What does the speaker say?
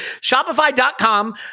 Shopify.com